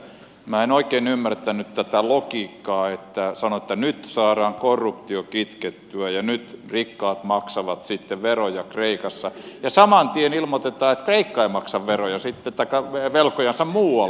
minä en oikein ymmärtänyt tätä logiikkaa että sanoitte että nyt saadaan korruptio kitkettyä ja nyt rikkaat maksavat veroja kreikassa ja saman tien ilmoitetaan että kreikka ei maksa velkojansa sitten muualle